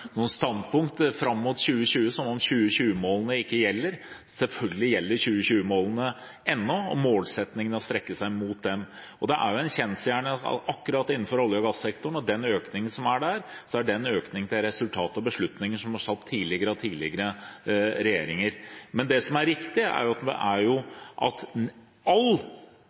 noen standpunkter – fram mot 2020, som om 2020-målene ikke gjelder. Selvfølgelig gjelder 2020-målene ennå, og målsettingen er å strekke seg mot dem. Det er en kjensgjerning at når det gjelder olje- og gassektoren og den økningen som er akkurat der, er det et resultat av beslutninger som er tatt av tidligere regjeringer. Det som er riktig, er at all den innsatsen som gjøres – særlig innenfor transportsektoren, enten det er